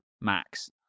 Max